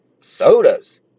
sodas